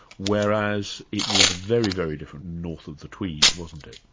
whereas it was very, very different north of the tweed, wasn't it?